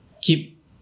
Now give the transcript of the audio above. keep